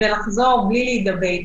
ולחזור בלי להידבק,